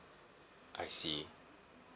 I see